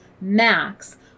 max